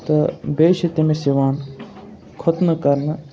تہٕ بییٚہِ چھُ تمِس یِوان خُتنہٕ کَرنہٕ